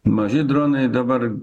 maži dronai dabar